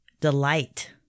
delight